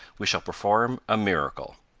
we shall perform a miracle.